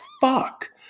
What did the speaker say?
fuck